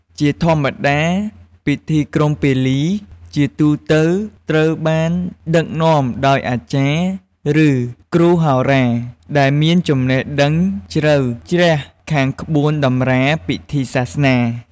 ជាធម្មតាពិធីក្រុងពាលីជាទូទៅត្រូវបានដឹកនាំដោយ អាចារ្យ ឬគ្រូហោរា ដែលមានចំណេះដឹងជ្រៅជ្រះខាងក្បួនតម្រាពិធីសាសនា។